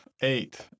Eight